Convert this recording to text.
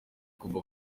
kuva